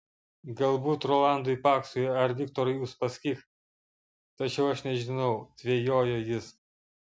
galbūt rolandui paksui ar viktorui uspaskich tačiau aš nežinau dvejojo jis